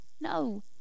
No